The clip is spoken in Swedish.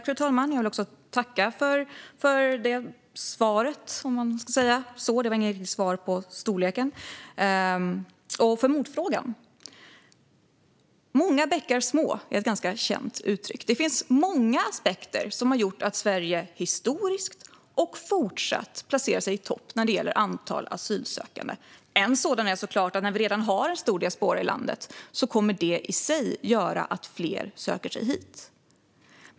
Fru talman! Jag vill tacka för svaret, även om det inte var ett riktigt svar om storleken, och för motfrågan. "Många bäckar små" är ett känt uttryck. Det finns många aspekter som har gjort att Sverige historiskt och fortfarande placerar sig i topp när det gäller antal asylsökande. En sådan är såklart att när vi redan har en stor diaspora i landet kommer detta i sig att göra att fler söker sig hit.